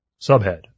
Subhead